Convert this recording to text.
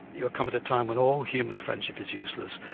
you've come at a time when all human friendship is useless.